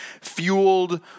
fueled